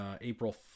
April